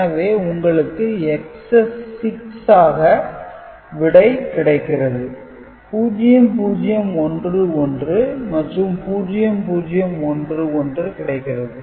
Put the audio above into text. எனவே உங்களுக்கு Excess 6 ஆக விடை கிடைக்கிறது 0011 மற்றும் 0011 கிடைக்கிறது